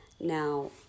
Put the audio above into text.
Now